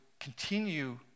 continue